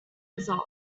results